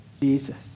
Jesus